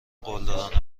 قلدرانه